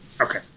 Okay